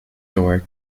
door